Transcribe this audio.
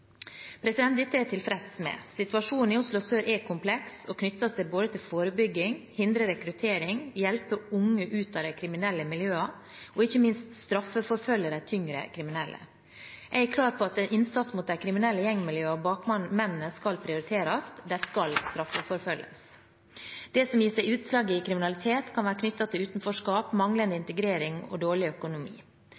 Dette er jeg tilfreds med. Situasjonen i Oslo sør er kompleks og knytter seg til både forebygging, å hindre rekruttering, å hjelpe unge ut av de kriminelle miljøene og ikke minst å straffeforfølge de tyngre kriminelle. Jeg er klar på at en innsats mot de kriminelle gjengmiljøene og bakmennene skal prioriteres. De skal straffeforfølges. Det som gir seg utslag i kriminalitet, kan være knyttet til utenforskap, manglende